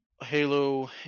Halo